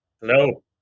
hello